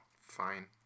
fine